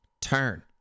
turn